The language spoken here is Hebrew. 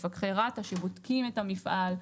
מפקחי רת"א שבודקים את המפעל,